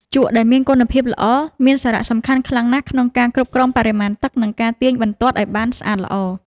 ជក់ដែលមានគុណភាពល្អមានសារៈសំខាន់ខ្លាំងណាស់ក្នុងការគ្រប់គ្រងបរិមាណទឹក និង ការទាញបន្ទាត់ឱ្យបានស្អាតល្អ។